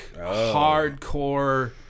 hardcore